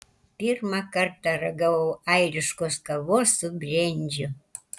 pirmą kartą ragavau airiškos kavos su brendžiu